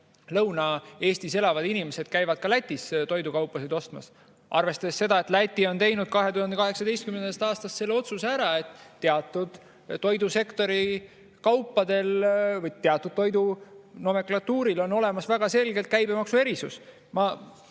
Lõuna-Eestis elavad inimesed käivad ka Lätis toidukaupasid ostmas, [ilmselt suuresti seetõttu], et Läti tegi 2018. aastal otsuse, et teatud toidusektori kaupadel või teatud toidunomenklatuuril on olemas väga selgelt käibemaksuerisus. Ma